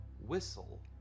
whistle